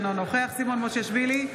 אינו נוכח סימון מושיאשוילי,